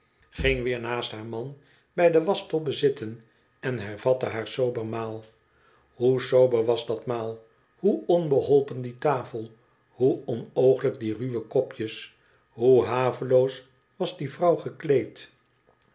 ging weer naast haar man bij de waschtobbe zitten en hervatte haar sober maal hoe sober was dat maal hoe onbeholpen die tafel hoe onoogelijk die ruwe kopjes hoe haveloos was die vrouw gekleed